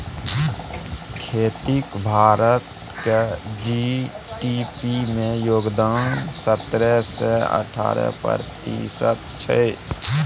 खेतीक भारतक जी.डी.पी मे योगदान सतरह सँ अठारह प्रतिशत छै